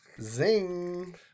Zing